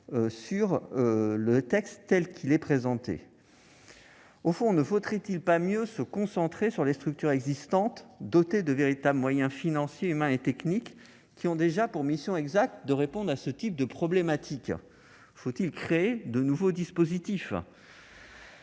sur ce texte tel qu'il nous était présenté. Au fond, ne faudrait-il pas plutôt se concentrer sur les structures existantes dotées de véritables moyens financiers, humains et techniques et qui ont pour mission exacte de répondre à ce type de problématique ? Faut-il créer de nouveaux outils ?